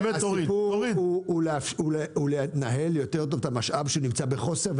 הסיפור הוא לנהל יותר טוב את המשאב שנמצא בחוסר.